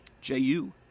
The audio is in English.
J-U